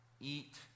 eat